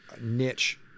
niche